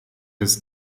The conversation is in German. des